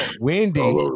Wendy